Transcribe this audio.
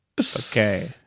Okay